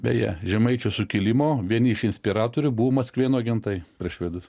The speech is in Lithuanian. beje žemaičių sukilimo vieni iš inspiratorių buvo maskvėnų agentai prieš švedus